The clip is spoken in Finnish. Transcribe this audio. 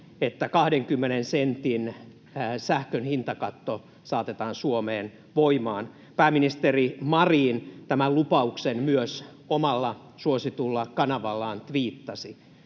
että 20 sentin sähkön hintakatto saatetaan Suomeen voimaan. Pääministeri Marin tämän lupauksen myös omalla suositulla kanavallaan tviittasi.